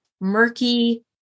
murky